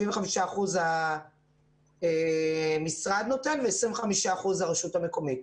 75 אחוזים המשרד נותן ו-25 אחוזים נותנת הרשות המקומית.